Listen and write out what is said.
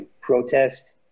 protest